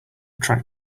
track